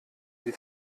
die